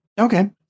Okay